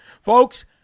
Folks